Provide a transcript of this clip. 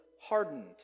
hardened